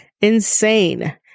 insane